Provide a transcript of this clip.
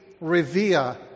revere